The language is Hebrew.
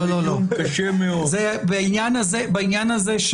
בעניין הזה,